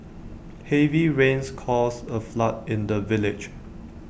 heavy rains caused A flood in the village